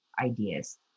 ideas